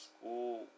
school